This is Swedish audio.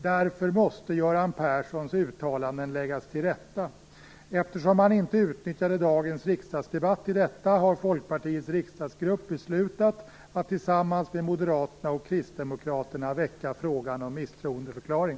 Därför måste Göran Perssons uttalanden läggas till rätta. Eftersom han inte utnyttjade dagens riksdagsdebatt till detta, har Folkpartiets riksdagsgrupp beslutat att tillsammans med Moderaterna och Kristdemokraterna väcka frågan om misstroendeförklaring.